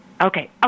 Okay